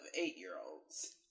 eight-year-olds